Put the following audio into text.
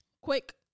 Quick